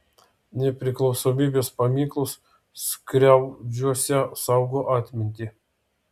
nepriklausomybės paminklas skriaudžiuose saugo atmintį